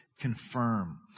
confirm